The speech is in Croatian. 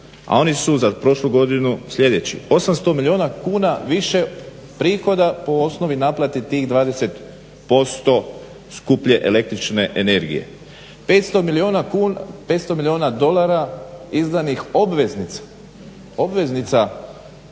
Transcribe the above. a oni su za prošlu godinu sljedeći 800 milijuna kuna više prihoda po osnovi naplati tih 20% skuplje električne energije. 500 milijuna dolara izdanih obveznica pod